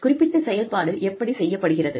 குறிப்பிட்ட செயல்பாடு எப்படிச் செய்யப் படுகிறது